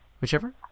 Whichever